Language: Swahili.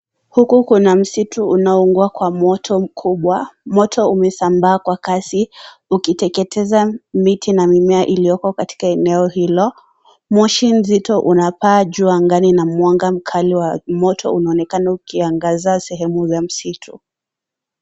Huku kuna msitu unaungua kwa moto mkubwa, moto umesambaa kwa kasi ukiteketeza miti na mimea iliyoko katika eneno hilo, moshi nzito unapaa juu angani na mwanga mkali wa moto unaonekana ukiangaza sehemu ya msitu.